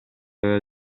aveva